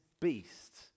beast